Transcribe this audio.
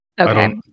Okay